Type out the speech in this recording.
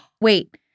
Wait